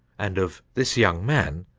and of this young man,